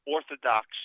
Orthodox